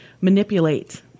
manipulate